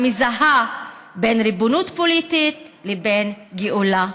המזהה בין ריבונות פוליטית לבין גאולה.